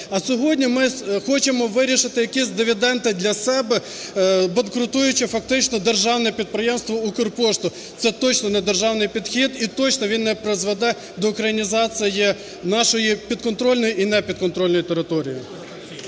А сьогодні ми хочемо вирішити якісь дивіденди для себе, банкрутуючи фактично державне підприємство "Укрпошту". Це точно не державний підхід і точно він не призведе до українізації нашої підконтрольної і непідконтрольної території.